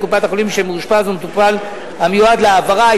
לקופת-החולים שמאושפז הוא מטופל המיועד להעברה.